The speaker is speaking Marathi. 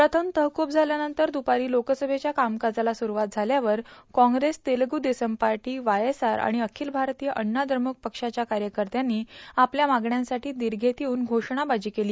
प्रथम तहकूब झाल्यानंतर दुपारी लोकसभेच्या कामकाजाला सुरूवात झाल्यावर Congress Telugu Desam party YSR आणि अखिल भारतीय अण्णा द्रमुक पक्षाच्या कार्यकर्त्यांनी आपल्या मागण्यांसाठी दिर्घेत येऊन घोषणाबाजी केली